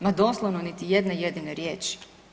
No doslovno niti jedne jedine riječi.